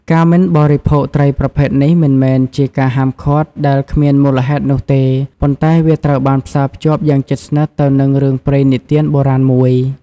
ការមិនបរិភោគត្រីប្រភេទនេះមិនមែនជាការហាមឃាត់ដែលគ្មានមូលហេតុនោះទេ ប៉ុន្តែវាត្រូវបានផ្សារភ្ជាប់យ៉ាងជិតស្និទ្ធទៅនឹងរឿងព្រេងនិទានបុរាណមួយ។